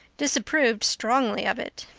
disapproved strongly of it.